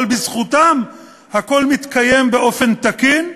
אבל בזכותם הכול מתקיים באופן תקין.